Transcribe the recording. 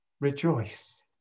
Rejoice